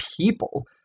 people